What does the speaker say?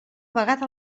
vegada